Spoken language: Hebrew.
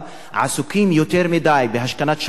עסוקים יותר מדי בהשכנת שלום,